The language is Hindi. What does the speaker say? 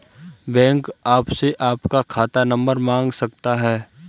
बैंक आपसे आपका खाता नंबर मांग सकता है